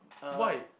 why